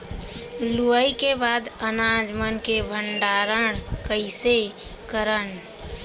लुवाई के बाद अनाज मन के भंडारण कईसे करन?